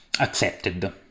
accepted